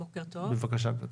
בבקשה, גבירתי.